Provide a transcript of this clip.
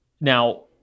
now